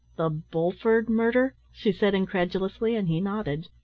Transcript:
the bulford murder? she said incredulously, and he nodded.